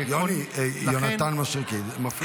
יוני, יונתן מישרקי, זה מפריע לכבוד השר.